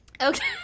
Okay